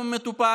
אם הוא מטופל.